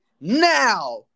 now